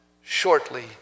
shortly